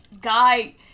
guy